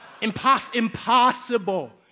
Impossible